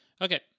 Okay